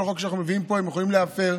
כל חוק שאנחנו מביאים לפה הם יכולים להפר.